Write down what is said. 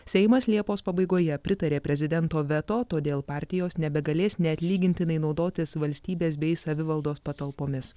seimas liepos pabaigoje pritarė prezidento veto todėl partijos nebegalės neatlygintinai naudotis valstybės bei savivaldos patalpomis